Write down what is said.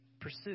Pursue